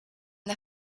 the